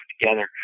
together